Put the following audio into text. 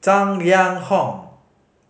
Tang Liang Hong